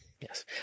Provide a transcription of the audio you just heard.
Yes